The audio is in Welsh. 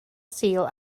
sul